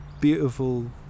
beautiful